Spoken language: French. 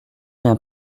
rien